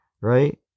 right